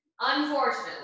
Unfortunately